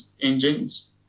engines